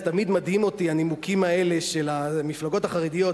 תמיד מדהימים אותי הנימוקים האלה של המפלגות החרדיות.